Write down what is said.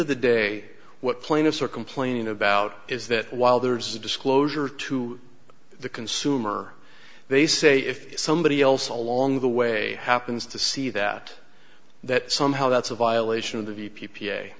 of the day what plaintiffs are complaining about is that while there's a disclosure to the consumer they say if somebody else along the way happens to see that that somehow that's a violation of the v p